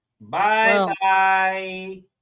Bye-bye